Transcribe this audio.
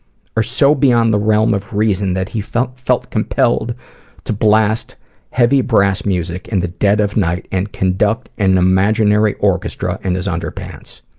or so beyond the realm of reason that he felt felt compelled to blast heavy brass music in and the dead of night and conduct an imaginary orchestra in his underpants.